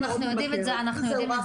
אנחנו יודעים את זה.